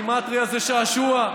גימטרייה זה שעשוע,